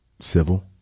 civil